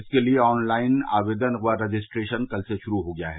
इसके लिए online आवेदन व रजिस्ट्रेशन कल से शुरू हो गया है